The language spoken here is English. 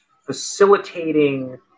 facilitating